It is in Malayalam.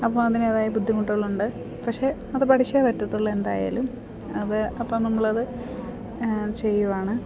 അപ്പ അതിൻ്റേതായ ബുദ്ധിമുട്ടുകളുണ്ട് പക്ഷെ അത് പഠിച്ചേ പറ്റത്തുള്ളു എന്തായാലും അത് അപ്പം നമ്മളത് ചെയ്യുവാണ്